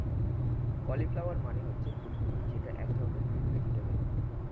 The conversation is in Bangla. কলিফ্লাওয়ার মানে হচ্ছে ফুলকপি যেটা এক ধরনের গ্রিন ভেজিটেবল